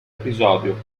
episodio